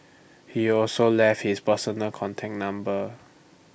he also left his personal content number